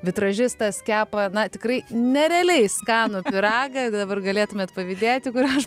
vitražistas kepa na tikrai nerealiai skanų pyragą jeigu dabar galėtumėt pavydėti kur aš